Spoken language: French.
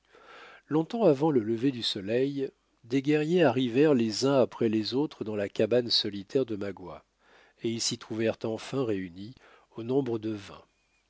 longtemps avant le lever du soleil des guerriers arrivèrent les uns après les autres dans la cabane solitaire de magua et ils s'y trouvèrent enfin réunis au nombre de vingt